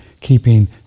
keeping